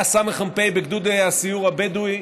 היה סמ"פ בגדוד הסיור הבדואי,